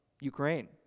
Ukraine